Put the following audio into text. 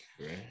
right